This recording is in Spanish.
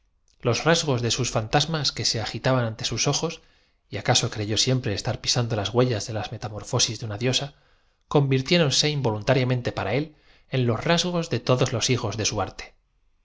los rasgos de sus fantasmas que se agitaban ante sus ojos y acaso creyó siempre estar pisando las huellas de laa metaformosis de una diosa convirtiéronse in voluntariamente para é en los rasgos de todos los hijos de su